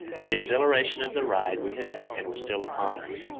the exhilaration of the ride we had taken was still upon us.